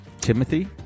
Timothy